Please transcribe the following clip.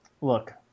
look